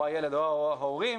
או הילד או ההורים,